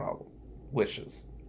wishes